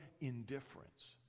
indifference